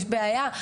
יש בעיה,